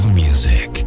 music